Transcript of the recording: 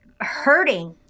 hurting